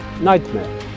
Nightmare